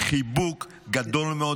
חיבוק גדול מאוד.